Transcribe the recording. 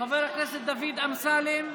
חבר הכנסת דוד אמסלם,